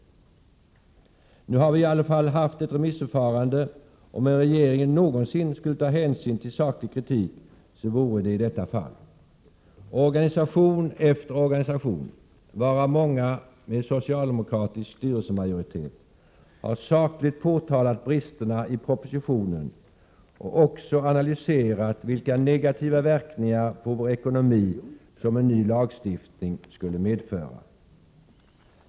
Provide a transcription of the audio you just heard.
Nu har vi i alla fall haft ett remissförfarande, och om en regering någonsin skulle ta hänsyn till saklig kritik så vore det i detta fall. Organisation efter organisation, varav många med socialdemokratisk styrelsemajoritet, har sakligt påtalat bristerna i propositionen och också analyserat vilka negativa verkningar på vår ekonomi som en ny lagstiftning skulle medföra.